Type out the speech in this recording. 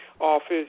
office